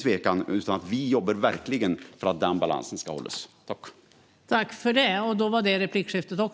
Vi jobbar verkligen för att den balansen ska hållas - ingen tvekan om det.